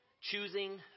Choosing